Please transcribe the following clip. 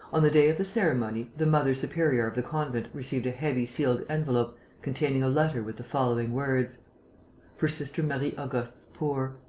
on the day of the ceremony, the mother superior of the convent received a heavy sealed envelope containing a letter with the following words for sister marie-auguste's poor.